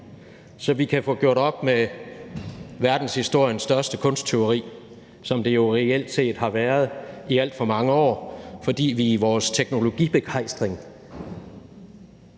så vi kan få gjort op med verdenshistoriens største kunsttyveri, som det reelt har været i alt for mange år, fordi vi i vores teknologibegejstring